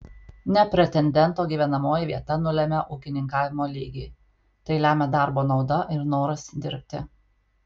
ne pretendento gyvenamoji vieta nulemia ūkininkavimo lygį tai lemia darbo nauda ir noras dirbti